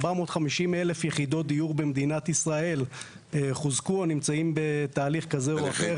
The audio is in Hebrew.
450,000 יחידות דיור במדינת ישראל חוזקו או נמצאים בתהליך כזה או אחר.